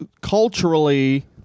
culturally